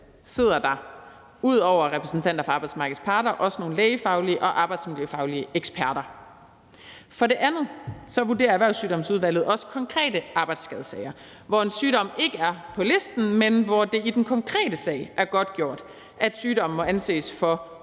sidder der ud over repræsentanter for arbejdsmarkedets parter også nogle lægefaglige og arbejdsmiljøfaglige eksperter. For det andet vurderer Erhvervssygdomsudvalget også konkrete arbejdsskadesager, hvor en sygdom ikke er på listen, men hvor det i den konkrete sag er godtgjort, at sygdommen må anses for